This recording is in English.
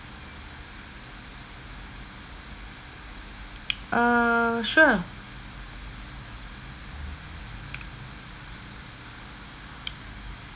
err sure